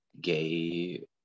gay